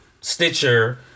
Stitcher